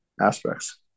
aspects